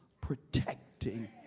protecting